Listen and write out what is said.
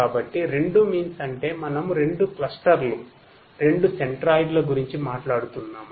కాబట్టి K ఏదైనా పూర్ణాంకాన్ని సూచిస్తుంది